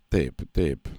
taip taip